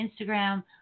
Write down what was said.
Instagram